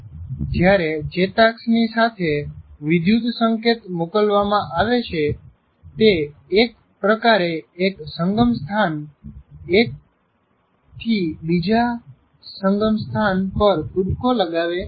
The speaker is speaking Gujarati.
જ્યારે ચેતાક્ષની સાથે વિદ્યુત સંકેત મોકલવામાં આવે છે તે એક પ્રકારે એક સંગમસ્થાન એ થી બીજા સંગમસ્થાન પર કૂદકો લગાવે છે